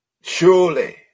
Surely